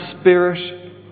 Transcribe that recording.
Spirit